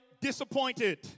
disappointed